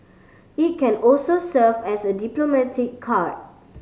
it can also serve as a diplomatic card